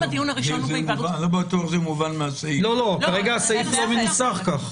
כרגע הסעיף לא מנוסח כך.